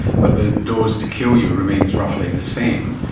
but the dose to kill you remains roughly the same,